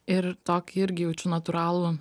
ir tokį irgi jaučiu natūralų